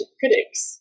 critics